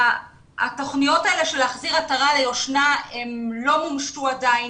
התוכניות האלה של החזרת עטרה ליושנה לא מומשו עדיין.